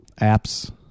apps